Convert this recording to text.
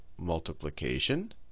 multiplication